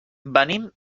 venim